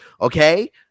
Okay